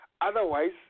Otherwise